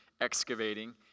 excavating